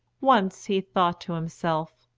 once he thought to himself,